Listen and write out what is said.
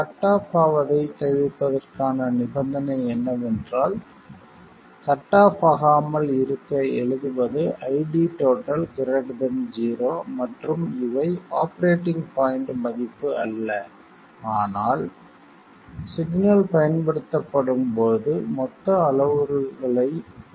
cut off ஆவதைத் தவிர்ப்பதற்கான நிபந்தனை என்னவென்றால் கட் ஆஃப் ஆகாமல் இருக்க எழுதுவது ID 0 மற்றும் இவை ஆபரேட்டிங் பாய்ண்ட் மதிப்பு அல்ல ஆனால் சிக்னல் பயன்படுத்தப்படும் போது மொத்த அளவுகளைக் குறிக்கும்